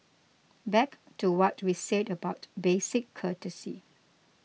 back to what we said about basic courtesy